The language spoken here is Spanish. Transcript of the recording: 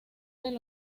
del